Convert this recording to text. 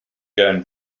gun